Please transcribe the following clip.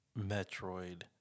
Metroid